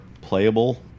playable